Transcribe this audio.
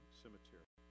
cemetery